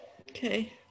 Okay